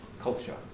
culture